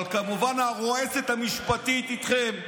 אבל כמובן, הרועצת המשפטית איתכם.